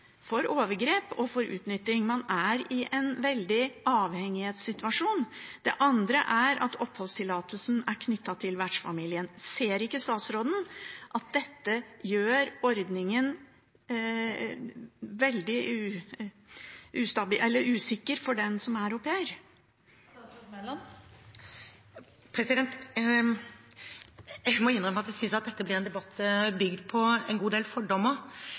for overgrep og for utnytting. Man er i en veldig avhengighetssituasjon. Det andre er at oppholdstillatelsen er knyttet til vertsfamilien. Ser ikke statsråden at dette gjør ordningen veldig usikker for den som er au pair? Jeg må innrømme at jeg synes dette blir en debatt bygd på en god del fordommer.